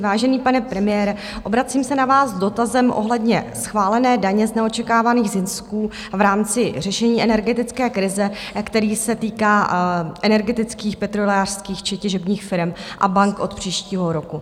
Vážený pane premiére, obracím se na vás s dotazem ohledně schválené daně z neočekávaných zisků v rámci řešení energetické krize, který se týká energetických, petrolejářských či těžebních firem a bank od příštího roku.